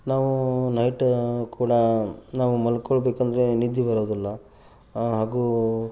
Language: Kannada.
ನಾವು ನೈಟ ಕೂಡ ನಾವು ಮಲ್ಕೊಳ್ಬೇಕಂದರೆ ನಿದ್ದೆ ಬರೋದಿಲ್ಲ ಹಾಗೂ